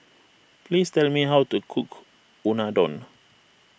please tell me how to cook Unadon